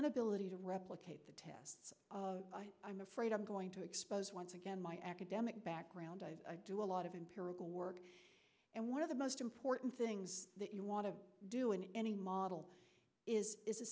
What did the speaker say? inability to replicate the test i'm afraid i'm going to expose once again my academic background i do a lot of incurable work and one of the most important things that you want to do in any model is